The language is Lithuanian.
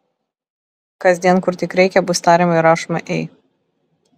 kasdien kur tik reikia bus tariama ir rašoma ei